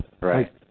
Right